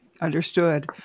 Understood